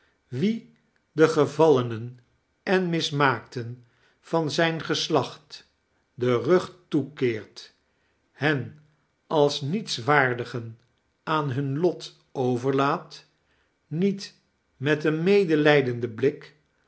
wie de gevallenen en mismaakten van zijn geslaeht den rug toekeert hen als nietswaardigen aan iran lot overlaat niet met een medelijdenden blik